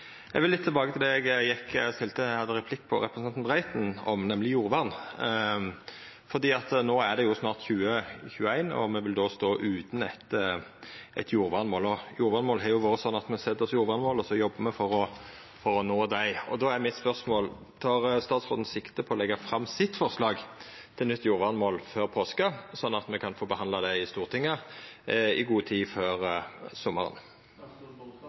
eg vil litt tilbake til det eg hadde replikk til representanten Reiten om, nemleg jordvern. No er det snart 2021, og me vil då stå utan eit jordvernmål. Det har vore slik at me set oss jordvernmål, og så jobbar me for å nå dei. Då er mitt spørsmål: Tek statsråden sikte på å leggja fram sitt forslag til nytt jordvernmål før påske, slik at me kan få behandla det i Stortinget i god tid før